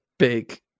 big